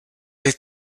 les